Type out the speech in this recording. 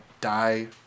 die